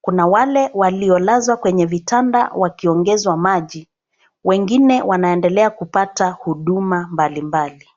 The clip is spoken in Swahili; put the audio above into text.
kuna wale waliolazwa kwenye vitanda wakiongezwa maji. Wengine wanaendelea kupata huduma mbalimbali.